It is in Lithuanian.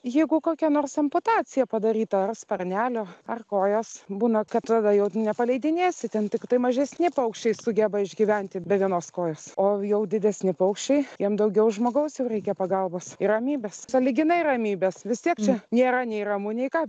jeigu kokia nors amputacija padaryta ar sparnelio ar kojos būna kad tada jau nepraleidinėsi ten tiktai mažesni paukščiai sugeba išgyventi be vienos kojos o jau didesni paukščiai jiem daugiau žmogaus jau reikia pagalbos ir ramybės sąlyginai ramybės vis tiek čia nėra nei ramu nei ką